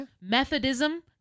Methodism